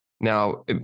now